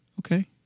Okay